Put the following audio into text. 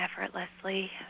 effortlessly